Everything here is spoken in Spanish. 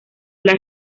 las